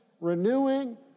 renewing